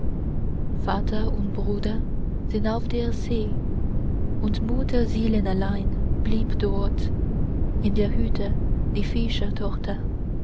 vater und bruder sind auf der see und mutterseelallein blieb dort in der hütte